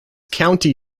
county